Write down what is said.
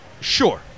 Sure